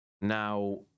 Now